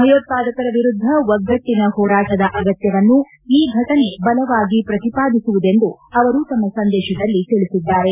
ಭಯೋತ್ವಾದಕರ ವಿರುದ್ಧ ಒಗ್ಗಟ್ಟನ ಹೋರಾಟದ ಅಗತ್ಯವನ್ನು ಈ ಘಟನೆ ಬಲವಾಗಿ ಪ್ರತಿಪಾದಿಸುವುದೆಂದು ಅವರು ತಮ್ಮ ಸಂದೇಶದಲ್ಲಿ ತಿಳಿಸಿದ್ದಾರೆ